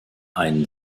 einen